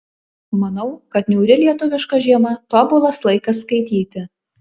manau kad niūri lietuviška žiema tobulas laikas skaityti